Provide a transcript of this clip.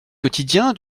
quotidien